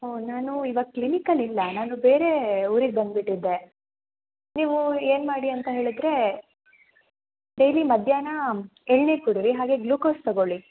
ಓಹ್ ನಾನು ಇವಾಗ ಕ್ಲಿನಿಕ್ಕಲ್ಲಿ ಇಲ್ಲ ನಾನು ಬೇರೆ ಊರಿಗೆ ಬಂದ್ಬಿಟ್ಟಿದ್ದೆ ನೀವು ಏನು ಮಾಡಿ ಅಂತ ಹೇಳಿದ್ರೆ ಡೈಲಿ ಮಧ್ಯಾಹ್ನ ಎಳ್ನೀರು ಕುಡೀರಿ ಹಾಗೇ ಗ್ಲೂಕೋಸ್ ತೊಗೊಳಿ